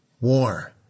war